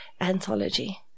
anthology